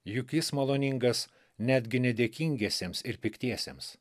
juk jis maloningas netgi nedėkingiesiems ir piktiesiems